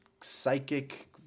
psychic